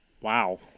Wow